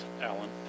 Alan